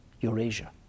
Eurasia